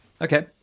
Okay